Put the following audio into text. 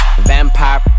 Vampire